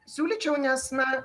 siūlyčiau nes na